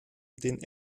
den